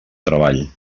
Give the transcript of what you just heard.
treball